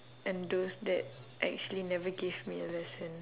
and those that actually never gave me a lesson